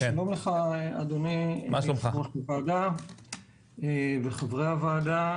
שלום, אדוני יושב-ראש הוועדה וחברי הוועדה.